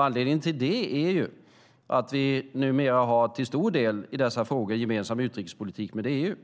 Anledningen till det är att vi numera, till stor del i dessa frågor, har gemensam utrikespolitik med EU.